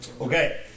Okay